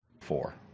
Four